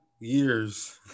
years